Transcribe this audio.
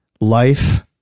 Life